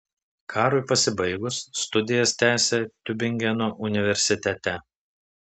karui pasibaigus studijas tęsė tiubingeno universitete